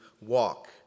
walk